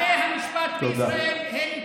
בתי המשפט בישראל הם כלי,